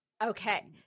Okay